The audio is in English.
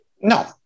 No